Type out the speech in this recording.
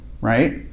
right